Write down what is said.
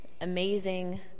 amazing